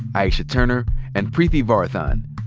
aisha turner and preeti varathan.